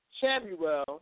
Samuel